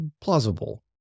plausible